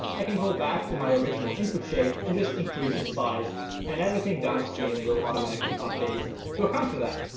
i can go back to my original input shape and just increase its size and everything downstream will automatically update to account for that.